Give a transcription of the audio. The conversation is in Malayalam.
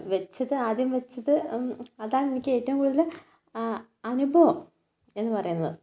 വെച്ചത് ആദ്യം വെച്ചത് അതാണ് എനിക്ക് ഏറ്റവും കൂടുതൽ അനുഭവം എന്നു പറയുന്നത്